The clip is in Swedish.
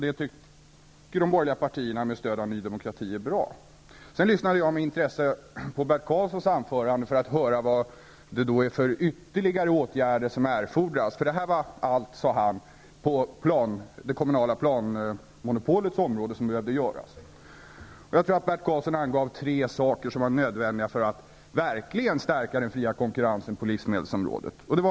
Det tycker de borgerliga partierna med stöd av Ny Demokrati är bra. Jag lyssnade med intresse på Bert Karlssons anförande, för att höra vad det är för ytterligare åtgärder som erfordras. Det som nu sker är ju allt som behöver göras på det kommunala planmonopolets område, sade han. Jag tror att Bert Karlsson angav tre saker som var nödvändiga för att verkligen stärka den fria konkurrensen på livsmedelsområdet.